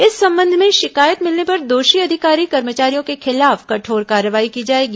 इस संबंध में शिकायत मिलने पर दोषी अधिकारी कर्मचारियों के खिलाफ कठोर कार्रवाई की जाएगी